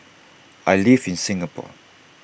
I live in Singapore